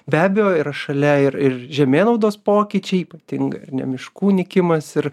be abejo yra šalia ir ir žemėnaudos pokyčiai ypatingai ar ne miškų nykimas ir